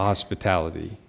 hospitality